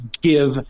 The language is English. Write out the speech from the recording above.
give